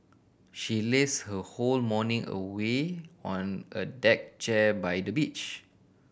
she laze her whole morning away on a deck chair by the beach